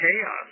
chaos